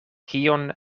kion